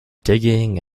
digging